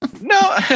No